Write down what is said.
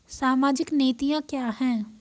सामाजिक नीतियाँ क्या हैं?